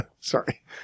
Sorry